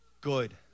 good